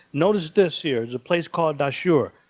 notice this here. it's a place called dahshure.